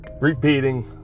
repeating